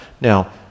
Now